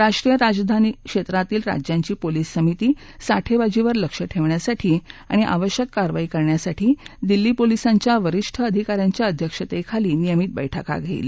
राष्ट्रीय राजधानी क्षेत्रातील राज्यांची पोलीस समिति साठेबाजीवर लक्ष ठेवण्यासाठी आणि आवश्यक कारवाई करण्यासाठी दिल्ली पोलिसांच्या वरिष्ठ अधिकाऱ्यांच्या अध्यक्षतेखाली नियमित बैठका घेईल